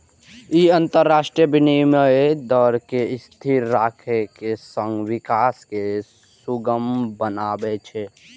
ई अंतरराष्ट्रीय विनिमय दर कें स्थिर राखै के संग विकास कें सुगम बनबै छै